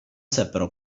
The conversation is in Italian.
seppero